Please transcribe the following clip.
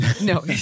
no